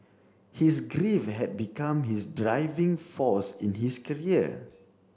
his grief had become his driving force in his career